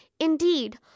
indeed